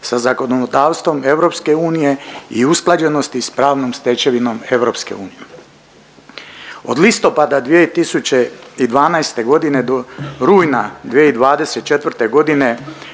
sa zakonodavstvom EU i usklađenosti s pravnom stečevinom EU. Od listopada 2012. godine do rujna 2024. godine